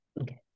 okay